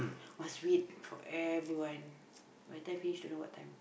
must wait for everyone by the time don't know what time